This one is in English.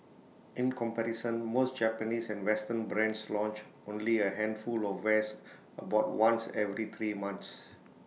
in comparison most Japanese and western brands launch only A handful of wares about once every three months